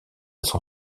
son